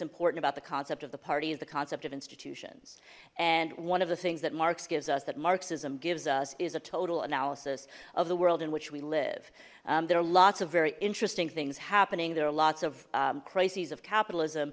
important about the concept of the party is the concept of institutions and one of the things that marx gives us that marxism gives us is a total analysis of the world in which we live there are lots of very interesting things happening there are lots of crises of capitalism